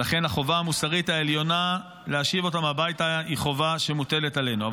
ולכן החובה המוסרית העליונה להשיב אותם הביתה היא חובה שמוטלת עלינו.